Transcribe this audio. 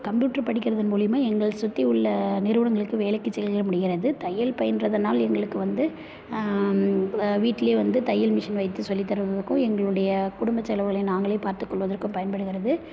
computer படிக்கிறதன் மூலிமா எங்களை சுற்றி உள்ள நிறுவனங்களுக்கு வேலைக்குச் செல்ல முடிகிறது தையல் பயின்றதுனால் எங்களுக்கு வந்து வீட்டுலேயே வந்து தையல் மிஷின் வைத்து சொல்லித்தருவதற்கும் எங்களுடைய குடும்ப செலவுகளை நாங்களே பார்த்துக்கொள்வதற்கும் பயன்படுகிறது